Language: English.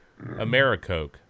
AmeriCoke